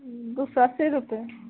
दू सए अस्सी रुपैए